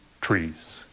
trees